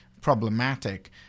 problematic